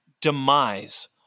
demise